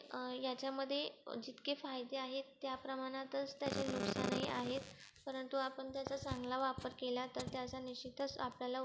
आणि याच्यामध्ये जितके फायदे आहेत त्या प्रमाणातच त्याचे नुकसानही आहेत परंतु आपण त्याचा चांगला वापर केला तर त्याचा निश्चितच आपल्याला उपयोग होतो